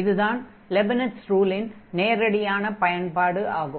இதுதான் லெபினிட்ஸ் ரூலின் நேரடியான பயன்பாடு ஆகும்